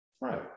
Right